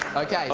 okay.